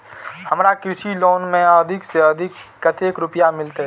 हमरा कृषि लोन में अधिक से अधिक कतेक रुपया मिलते?